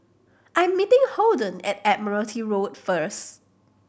I'm meeting Holden at Admiralty Road first